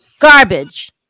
garbage